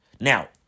Now